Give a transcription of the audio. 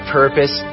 purpose